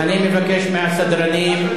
אני מבקש מהסדרנים,